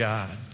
God